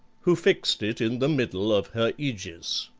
who fixed it in the middle of her aegis.